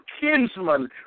kinsman